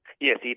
Yes